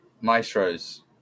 maestros